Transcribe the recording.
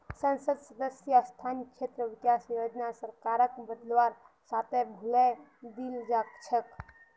संसद सदस्य स्थानीय क्षेत्र विकास योजनार सरकारक बदलवार साथे भुलई दिल छेक